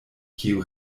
kiu